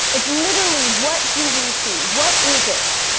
it's literally, what do we see? what is it?